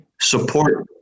Support